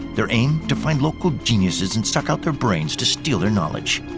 their aim, to find local geniuses and suck out their brains to steal their knowledge.